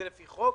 זה לפי חוק.